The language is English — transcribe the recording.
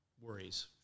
worries